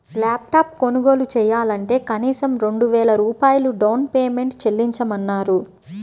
lap top కొనుగోలు చెయ్యాలంటే కనీసం రెండు వేల రూపాయలు డౌన్ పేమెంట్ చెల్లించమన్నారు